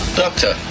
doctor